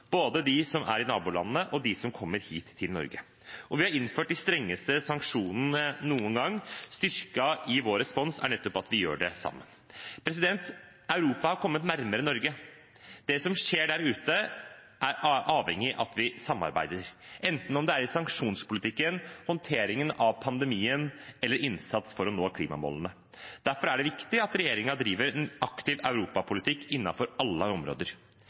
både de som er i nabolandene, og de som kommer hit til Norge. Vi har innført de strengeste sanksjonene noen gang. Styrken i vår respons er nettopp at vi gjør det sammen. Europa har kommet nærmere Norge. Det som skjer der ute, er avhengig av at vi samarbeider, enten om det er i sanksjonspolitikken, håndteringen av pandemien eller innsats for å nå klimamålene. Derfor er det viktig at regjeringen driver en aktiv europapolitikk innenfor alle områder.